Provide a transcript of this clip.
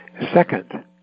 Second